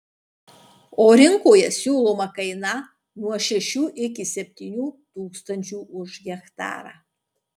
o rinkoje siūloma kaina yra nuo šešių iki septynių tūkstančių už hektarą